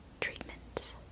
treatment